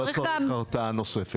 לא צריך הרתעה נוספת.